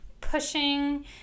pushing